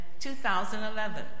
2011